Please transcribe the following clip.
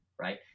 right